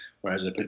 Whereas